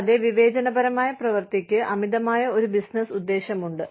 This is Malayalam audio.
കൂടാതെ വിവേചനപരമായ പ്രവർത്തിക്ക് അമിതമായ ഒരു ബിസിനസ്സ് ഉദ്ദേശ്യമുണ്ട്